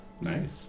Nice